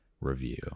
review